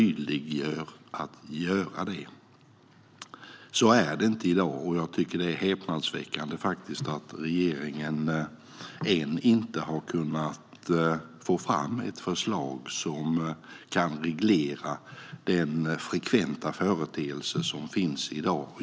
Jag tycker att det är häpnadsväckande att regeringen ännu inte har kunnat få fram ett förslag som kan reglera denna frekventa företeelse i dag.